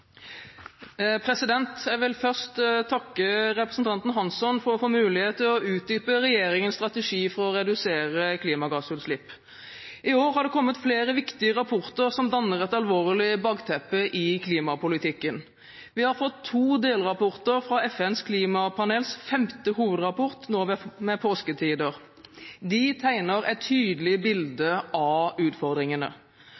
nå. Jeg vil først takke representanten Hansson for å la meg få mulighet til å utdype regjeringens strategi for å redusere klimagassutslipp. I år har det kommet flere viktige rapporter som danner et alvorlig bakteppe for klimapolitikken. Vi fikk to delrapporter fra FNs klimapanels femte hovedrapport ved påsketider. De tegner et tydelig bilde